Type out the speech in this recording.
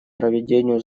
проведению